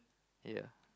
ya